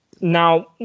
Now